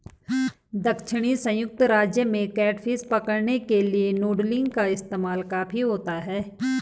दक्षिणी संयुक्त राज्य में कैटफिश पकड़ने के लिए नूडलिंग का इस्तेमाल काफी होता है